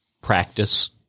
practice